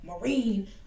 Marine